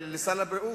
לסל הבריאות,